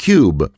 Cube